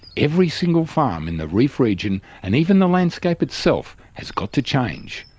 every single farm in the reef region and even the landscape itself has got to change,